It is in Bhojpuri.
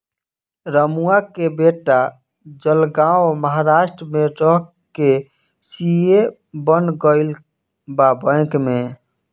रमुआ के बेटा जलगांव महाराष्ट्र में रह के सी.ए बन गईल बा बैंक में